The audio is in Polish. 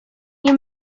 nie